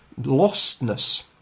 lostness